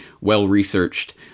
well-researched